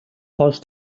хойш